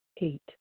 Eight